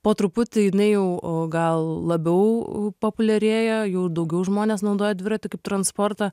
po truputį jinai jau gal labiau populiarėja jau daugiau žmonės naudoja dviratį kaip transportą